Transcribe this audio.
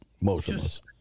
motionless